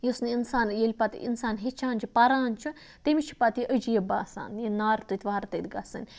یُس نہٕ اِنسان ییٚلہِ پَتہٕ اِنسان ہیٚچھان چھُ پَران چھُ تٔمِس چھُ پَتہٕ یہِ عجیٖب باسان یہِ نارٕ تٔتۍ وارٕ تٔتۍ گَژھٕنۍ